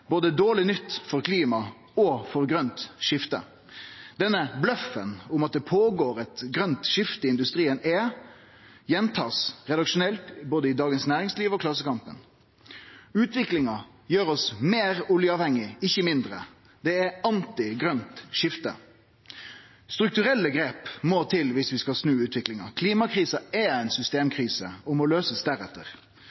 både for klima og for grønt skifte. Denne bløffen om at det går føre seg eit grønt skifte i industrien, blir gjentatt redaksjonelt i både Dagens Næringsliv og Klassekampen. Utviklinga gjer oss meir oljeavhengig, ikkje mindre. Det er eit anti-grønt skifte. Strukturelle grep må til viss vi skal snu utviklinga. Klimakrisa er